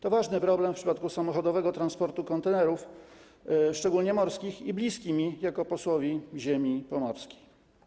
To ważny problem w przypadku samochodowego transportu kontenerów, szczególnie morskich, i bliski mi jako posłowi ziemi pomorskiej.